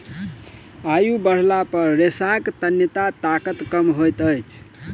आयु बढ़ला पर रेशाक तन्यता ताकत कम होइत अछि